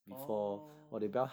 orh